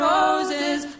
Roses